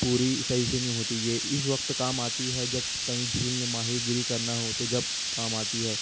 پوری صحیح سے نہیں ہوتی یہ اس وقت کام آتی ہے جب کہیں جھیل میں ماہی گیری کرنا ہو تو جب کام آتی ہے